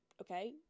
okay